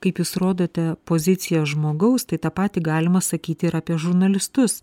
kaip jūs rodote poziciją žmogaus tai tą patį galima sakyt ir apie žurnalistus